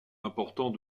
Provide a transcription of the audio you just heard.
important